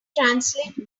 translate